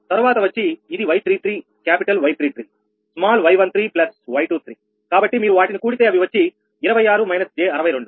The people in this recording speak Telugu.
తర్వాత వచ్చి ఇది 𝑌33 క్యాపిటల్ 𝑌33 స్మాల్ 𝑦13 𝑦23 కాబట్టి మీరు వాటిని కూడితే అవి వచ్చి 26 − j62